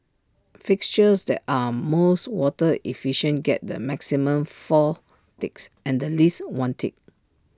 fixtures that are most water efficient get the maximum four ticks and the least one tick